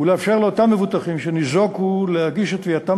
ולאפשר לאותם מבוטחים שניזוקו להגיש את תביעתם